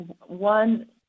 one